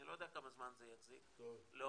אני לא יודע כמה זמן זה יחזיק לאור